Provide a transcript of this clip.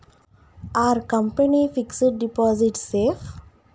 Are company fixed deposit safe?